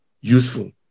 useful